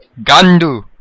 Gandu